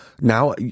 Now